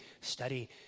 study